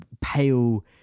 pale